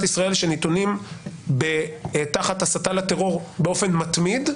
ישראל שנתונים תחת הסתה לטרור באופן מתמיד,